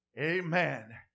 Amen